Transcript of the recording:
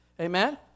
Amen